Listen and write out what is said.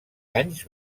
anys